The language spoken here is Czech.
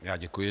Já děkuji.